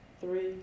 three